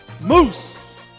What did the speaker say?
moose